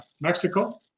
Mexico